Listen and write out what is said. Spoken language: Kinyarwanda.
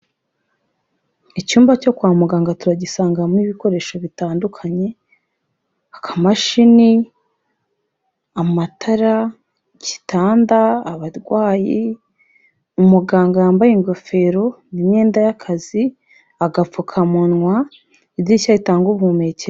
Icyumba cyo kwa muganga turagisangamo ibikoresho bitandukanye, akamashini, amatara, igitanda, abarwayi, umuganga yambaye ingofero n'imyenda y'akazi, agapfukamunwa, idirishya ritanga ubuhumeke...